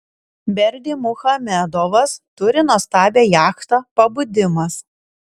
berdymuchamedovas turi nuostabią jachtą pabudimas